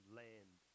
land